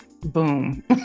Boom